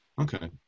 Okay